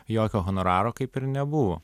jokio honoraro kaip ir nebuvo